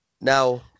now